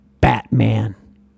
Batman